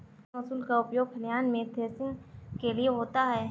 क्या मूसल का उपयोग खलिहान में थ्रेसिंग के लिए होता है?